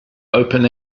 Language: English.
open